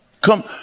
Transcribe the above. Come